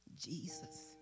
Jesus